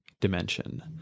dimension